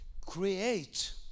Create